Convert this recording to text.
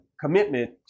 commitment